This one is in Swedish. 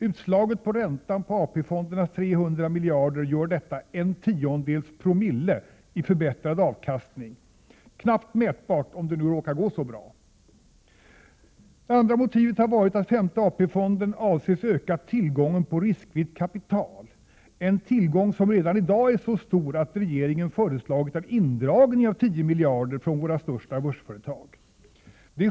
Utslaget på räntan på AP-fondernas 300 miljarder gör detta en tiondedels promille i förbättrad avkastning — knappt mätbart, om det nu går så bra? 2. Den femte AP-fonden avses öka tillgången på riskvilligt kapital — en tillgång som redan är så stor att regeringen föreslagit en indragning på 10 miljarder från våra största börsföretag!